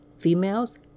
females